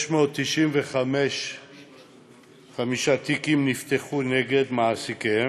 695 תיקים נפתחו נגד מעסיקיהם.